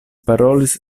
parolis